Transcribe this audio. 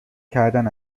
کردن